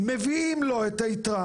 מביאים לו את היתרה